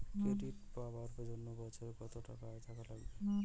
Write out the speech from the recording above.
Credit পাবার জন্যে বছরে কত টাকা আয় থাকা লাগবে?